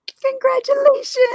Congratulations